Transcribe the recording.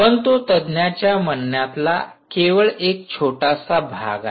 पण तो तज्ञांच्या म्हणण्यातला केवळ एक छोटासा भाग आहे